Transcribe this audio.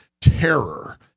terror